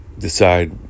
decide